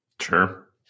Sure